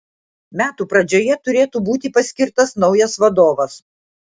metų pradžioje turėtų būti paskirtas naujas vadovas